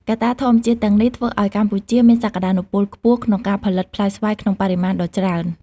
កត្តាធម្មជាតិទាំងនេះ ធ្វើឱ្យកម្ពុជាមានសក្តានុពលខ្ពស់ក្នុងការផលិតផ្លែស្វាយក្នុងបរិមាណដ៏ច្រើន។